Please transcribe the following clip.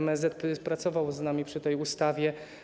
MSZ pracował z nami przy tej ustawie.